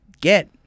get